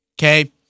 Okay